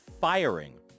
firing